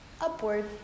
upward